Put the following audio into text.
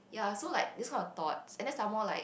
ya so like it's not a though and then some more like